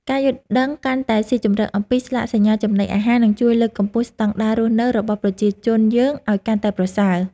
ការយល់ដឹងកាន់តែស៊ីជម្រៅអំពីស្លាកសញ្ញាចំណីអាហារនឹងជួយលើកកម្ពស់ស្តង់ដាររស់នៅរបស់ប្រជាជនយើងឱ្យកាន់តែប្រសើរ។